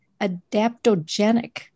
adaptogenic